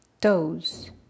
toes